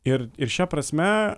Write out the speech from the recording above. ir ir šia prasme